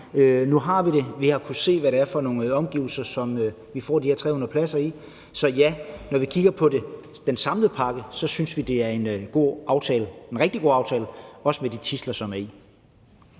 Nu har vi det. Vi har kunnet se, hvad det er for nogle omgivelser, som vi får de her 300 pladser i. Så ja, når vi kigger på den samlede pakke, synes vi, at det er en rigtig god aftale – også med de tidsler, som er i